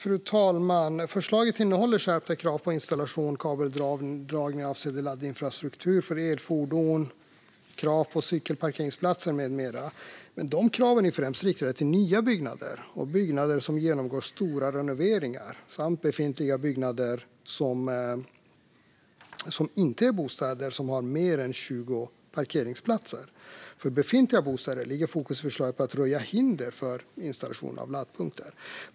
Fru talman! Förslaget innehåller skärpta krav på installation och kabeldragning avseende laddinfrastruktur för elfordon, krav på cykelparkeringsplatser med mera. Men dessa krav är främst riktade till nya byggnader och byggnader som genomgår stora renoveringar samt befintliga byggnader som inte är bostäder och som har mer än 20 parkeringsplatser. För befintliga bostäder ligger fokus på att röja undan hinder för installation av laddpunkter.